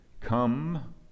come